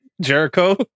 Jericho